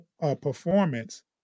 performance